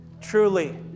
truly